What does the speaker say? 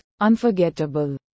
unforgettable